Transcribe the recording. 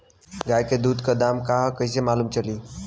गाय के दूध के दाम का ह कइसे मालूम चली?